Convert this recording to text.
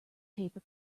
paper